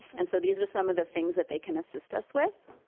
and so these are some of the things that they can assist us with.